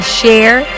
share